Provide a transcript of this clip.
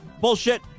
bullshit